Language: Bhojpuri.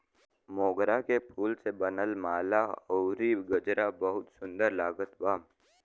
मोगरा के फूल से बनल माला अउरी गजरा बहुते सुन्दर लागत बा